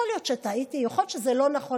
יכול להיות שטעיתי, יכול להיות שזה לא נכון.